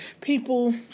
people